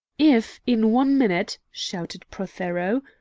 if, in one minute, shouted prothero,